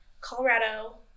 Colorado